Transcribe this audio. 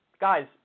Guys